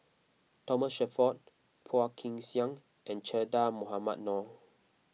Thomas Shelford Phua Kin Siang and Che Dah Mohamed Noor